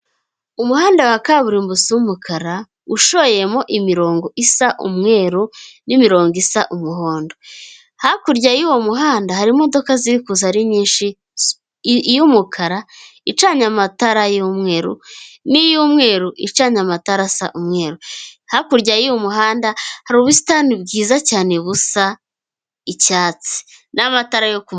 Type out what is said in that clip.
Umuhanda wa kaburimbo usa umukara, ushoyemo imirongo isa umweru n'imirongo isa umuhondo, hakurya y'uwo muhanda hari imodoka ziri kuza ari nyinshi iy'umukara icanye amatara y'umweru, niy'umweru icanye amatara asa umweru hakurya y'uyu muhanda hari ubusitani bwiza cyane busa icyatsi n'amatara yo ku...